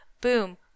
boom